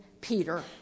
Peter